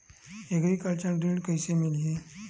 Agriculture ऋण कइसे मिलही?